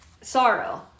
sorrow